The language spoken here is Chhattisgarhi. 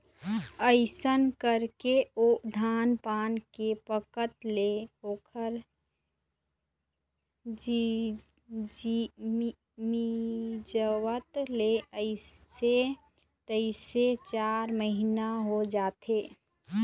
अइसन करके ओ धान पान के पकत ले ओखर मिंजवात ले अइसे तइसे चार महिना हो जाथे